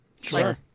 Sure